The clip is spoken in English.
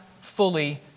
fully